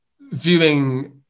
viewing